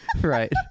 right